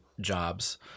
jobs